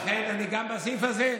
לכן אני, גם בסעיף הזה,